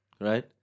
Right